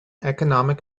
economic